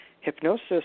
hypnosis